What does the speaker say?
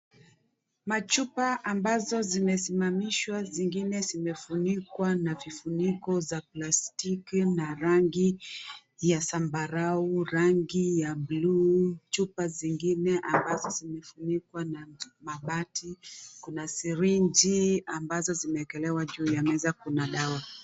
Machupa ambazo zimesimamishwa, zingine zimefunikwa na vifuniko za plastiki na rangi ya sambarau, rangi ya buluu. Chupa zingine ambazo zimefunikwa na mabati. Kuna sirinji ambazo zimewekelewa juu ya meza, kuna dawa.